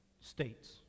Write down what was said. States